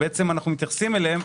אנחנו מתייחסים אליהם,